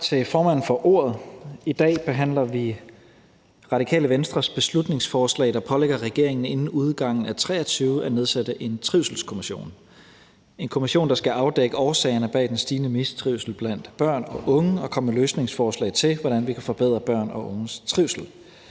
I dag behandler vi Radikale Venstres beslutningsforslag, der pålægger regeringen inden udgangen af 2023 at nedsætte en trivselskommission – en kommission, der skal afdække årsagerne bag den stigende mistrivsel blandt børn og unge og komme med løsningsforslag til, hvordan vi kan forbedre børns og unges trivsel.